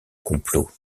complot